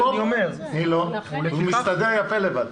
תני לו, הוא מסתדר יפה לבד.